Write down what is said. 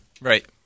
Right